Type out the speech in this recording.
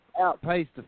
outpaced